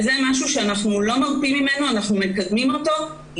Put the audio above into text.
זה משהו שאנחנו לא מרפים ממנו ואנחנו מקדמים אותו.